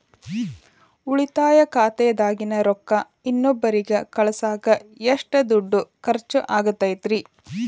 ಉಳಿತಾಯ ಖಾತೆದಾಗಿನ ರೊಕ್ಕ ಇನ್ನೊಬ್ಬರಿಗ ಕಳಸಾಕ್ ಎಷ್ಟ ದುಡ್ಡು ಖರ್ಚ ಆಗ್ತೈತ್ರಿ?